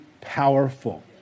powerful